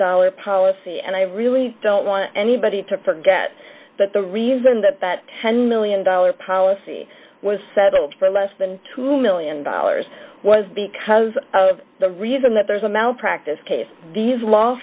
dollars policy and i really don't want anybody to forget that the reason that that ten million dollars policy was settled for less than two million dollars was because of the reason that there's a malpractise case these law